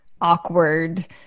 awkward